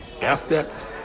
Assets